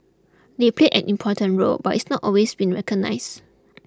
they played an important role but it's not always been recognised